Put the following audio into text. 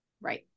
Right